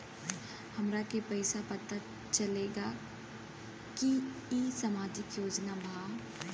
हमरा के कइसे पता चलेगा की इ सामाजिक योजना बा?